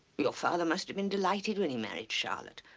your father must have been delighted when he married charlotte.